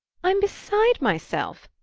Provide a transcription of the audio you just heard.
i'm beside myself!